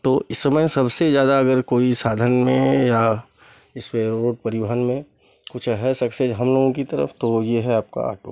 तो इस समय सबसे ज़्यादा अगर कोई साधन में या इसपे रोड परिवहन में कुछ है सक्सेस हम लोगों की तरफ़ तो ये है आपका ऑटो